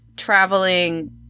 traveling